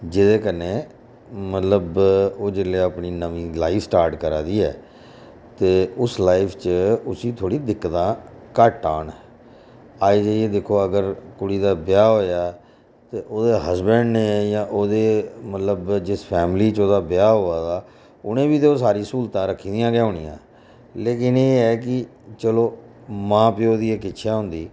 जेह्दे कन्नै मतलब ओह् अपनी जेल्लै नमीं लाईफ स्टार्ट करा दी ऐ ते उस लाईफ च उसी थोह्ड़ी दिक्कतां घट्ट आन अज्ज तुस दिक्खो अगर कुड़ी दा ब्याह् होएआ ते ओह्दे हस्बैंड ने जां ओह्दे मतलब जिस फैमली च ओह्दा ब्याह् होआ दा उ'नें बी ते ओह् सारियां स्हूलतां रक्खी दियां गै होनियां लेकिन एह् ऐ कि चलो मां प्यो दी इक इच्छा होंदी